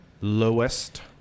Lowest